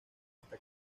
esta